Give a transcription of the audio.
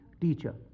teacher